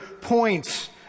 points